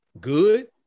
good